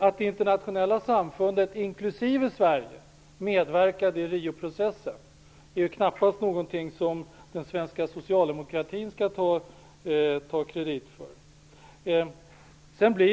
Att internationella samfundet, inklusive Sverige, medverkade i Rioprocessen är knappast något som den svenska socialdemokratin skall ha kredit för. Herr talman!